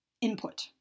input